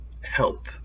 help